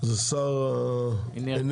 זה שר האנרגיה,